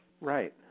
Right